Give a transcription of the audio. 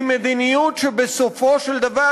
היא מדיניות שבסופו של דבר,